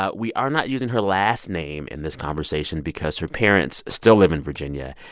ah we are not using her last name in this conversation because her parents still live in virginia,